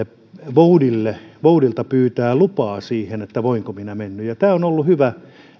voudilta pyytää lupaa siihen voinko minä mennä on ollut hyvä